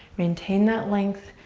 maintain that length.